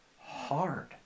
hard